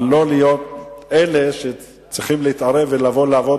אבל לא להיות אלה שצריכים להתערב ולבוא לעבוד